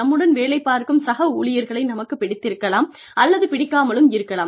நம்முடன் வேலை பார்க்கும் சக ஊழியர்களை நமக்கு பிடித்திருக்கலாம் அல்லது பிடிக்காமலும் இருக்கலாம்